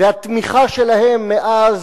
והתמיכה שלהם מאז,